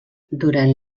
durant